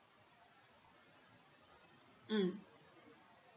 mm